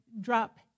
drop